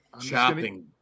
chopping